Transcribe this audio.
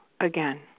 again